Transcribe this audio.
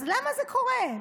אז למה זה קורה?